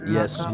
Yes